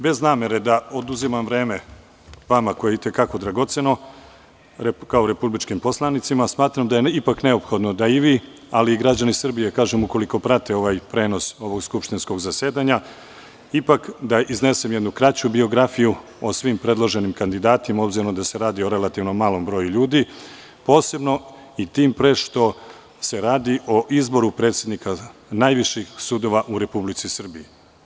Bez namere da vam kao republičkim poslanicima oduzimam vreme koje je itekako dragoceno, smatram da je ipak neophodno da i vi, ali i građani Srbije, ukoliko prate prenos ovog skupštinskog zasedanja, da iznesem jednu kraću biografiju o svim predloženim kandidatima, obzirom da se radi o relativno malom broju ljudi, posebno i tim pre što se radi o izboru predsednika najviših sudova u Republici Srbiji.